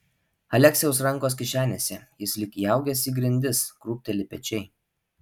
aleksiaus rankos kišenėse jis lyg įaugęs į grindis krūpteli pečiai